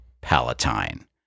Palatine